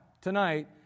tonight